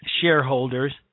shareholders